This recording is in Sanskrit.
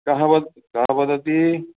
कः वद् कः वदति